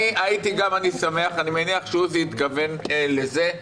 אני מניח שעוזי התכוון לזה.